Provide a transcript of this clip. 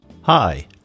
Hi